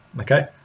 Okay